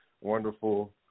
wonderful